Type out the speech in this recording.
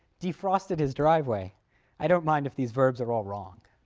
defrosted his driveway i don't mind if these verbs are all wrong.